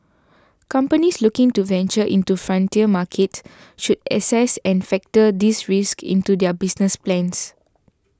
companies looking to venture into frontier markets should assess and factor these risks into their business plans